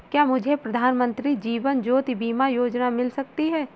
क्या मुझे प्रधानमंत्री जीवन ज्योति बीमा योजना मिल सकती है?